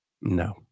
No